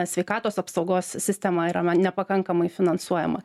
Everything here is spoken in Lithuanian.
sveikatos apsaugos sistema yra na nepakankamai finansuojama